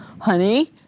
honey